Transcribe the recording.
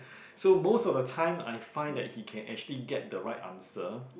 so most of the time I find that he can actually get the right answer